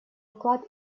вклад